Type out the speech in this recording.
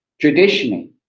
Traditionally